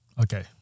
Okay